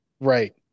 right